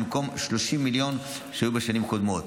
במקום 30 מיליון שהיו בשנים קודמות.